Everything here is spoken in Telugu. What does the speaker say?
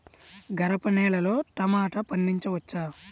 గరపనేలలో టమాటా పండించవచ్చా?